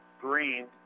Green